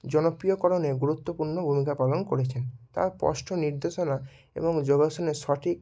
জনপ্রিয়করণে গুরুত্বপূর্ণ ভূমিকা পালন করেছেন তার স্পষ্ট নির্দেশনা এবং যোগাসনে সঠিক